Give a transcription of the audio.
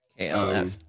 KLF